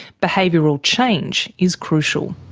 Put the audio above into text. behavioural change is crucial.